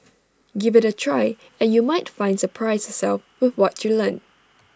give IT A try and you might find surprise yourself with what you learn